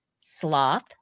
sloth